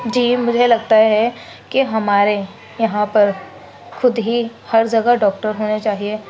جی مجھے لگتا ہے کہ ہمارے یہاں پر خود ہی ہر جگہ ڈاکٹر ہونے چاہیے